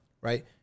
Right